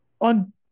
On